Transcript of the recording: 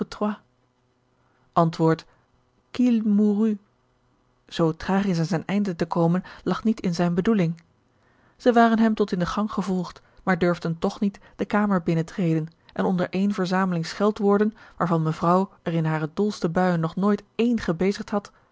zoo tragisch aan zijn einde te komen lag niet in zijne bedoeling zij waren hem tot in den gang gevolgd maar durfden toch niet de kamer binnentreden en onder ééne verzameling scheldwoorden waarvan mevrouw er in hare dolste buijen nog nooit één gebezigd had